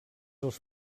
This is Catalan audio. els